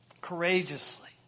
courageously